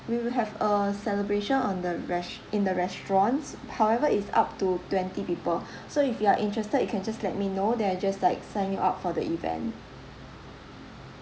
we will have a celebration on the rest~ in the restaurants however is up to twenty people so if you are interested you can just let me know then I just like sign you up for the event